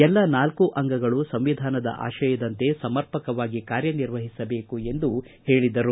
ಎಲ್ಲ ನಾಲ್ಕು ಅಂಗಗಳು ಸಂವಿಧಾನದ ಆಶಯದಂತೆ ಸಮರ್ಪಕವಾಗಿ ಕಾರ್ಯನಿರ್ವಹಿಸಬೇಕು ಎಂದು ಹೇಳಿದರು